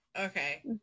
Okay